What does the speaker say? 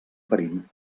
perill